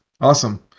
Awesome